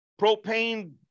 propane